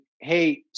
hey